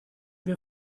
wir